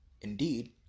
indeed